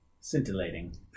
scintillating